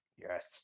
yes